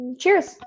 cheers